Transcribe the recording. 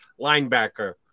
linebacker